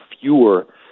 fewer